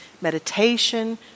Meditation